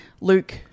Luke